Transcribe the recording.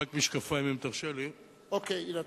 אם תרשה לי, רק משקפיים.